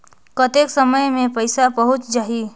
कतेक समय मे पइसा पहुंच जाही?